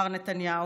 מר נתניהו,